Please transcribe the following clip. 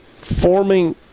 forming